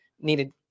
needed